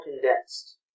condensed